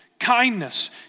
Kindness